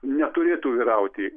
neturėtų vyrauti